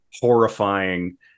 horrifying